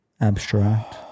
abstract